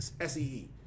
S-E-E